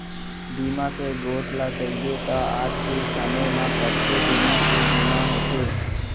बीमा के गोठ ल कइबे त आज के समे म कतको जिनिस के बीमा होथे